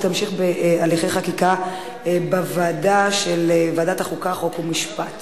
החוקה, חוק ומשפט